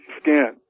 skin